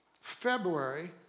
February